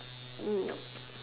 nope